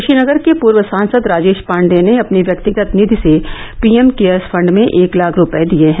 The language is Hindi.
कुशीनगर के पूर्व सांसद राजेश पाण्डेय ने अपनी व्यक्तिगत निधि से पीएम केयर्स फंड में एक लाख रूपए दिए हैं